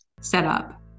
setup